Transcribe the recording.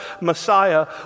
Messiah